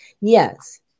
Yes